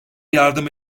yardım